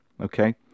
Okay